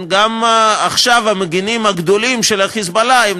גם עכשיו המגינים הגדולים של ה"חיזבאללה" הם